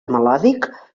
melòdic